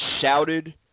shouted